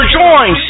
join